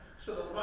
so,